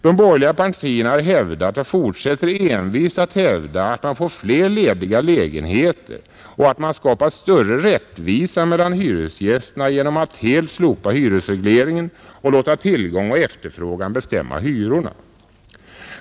De borgerliga partierna har hävdat och fortsätter envist att hävda att man får fler lediga lägenheter och att man skapar större rättvisa mellan hyresgästerna genom att helt slopa hyresregleringen och låta tillgång och efterfrågan bestämma hyrorna.